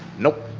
nope,